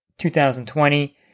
2020